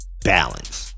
Balance